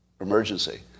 emergency